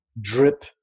drip